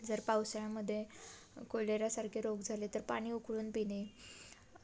जर पावसाळ्यामध्ये कोलेरासारखे रोग झाले तर पाणी उकळून पिणे